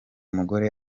mugore